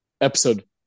Episode